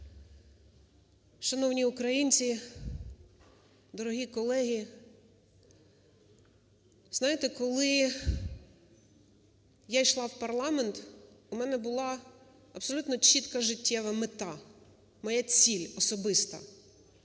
Шановні українці, дорогі колеги, знаєте, коли я йшла в парламент, у мене була абсолютно чітка життєва мета, моя ціль особиста.